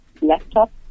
laptop